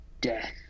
Death